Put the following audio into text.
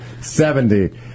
Seventy